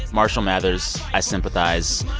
marshall mathers, i sympathize.